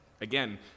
Again